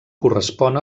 correspon